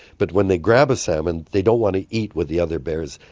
but when they grab a salmon they don't want to eat with the other bears,